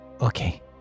Okay